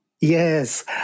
Yes